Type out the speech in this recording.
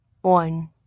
One